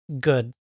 good